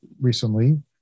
recently